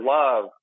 love